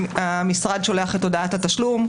המשרד שולח את הודעת התשלום,